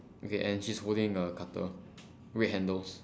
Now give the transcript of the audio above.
okay and she's holding a cutter red handles